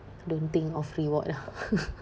don't think of reward lah